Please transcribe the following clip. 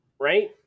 right